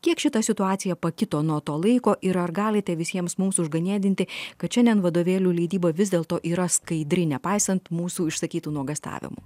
kiek šita situacija pakito nuo to laiko ir ar galite visiems mums užganėdinti kad šiandien vadovėlių leidyba vis dėlto yra skaidri nepaisant mūsų išsakytų nuogąstavimų